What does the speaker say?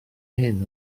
hyn